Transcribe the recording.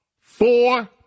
four